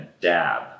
dab